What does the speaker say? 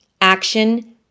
action